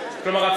קיבלתי את